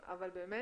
ביו-שילד.